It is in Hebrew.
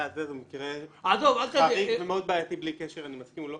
המקרה הזה הוא מקרה חריג ומאוד בעייתי בלי קשר אם אני מסכים או לא.